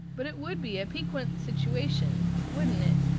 but it would be a piquant situation, wouldn't it,